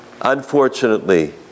unfortunately